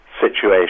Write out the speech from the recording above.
situation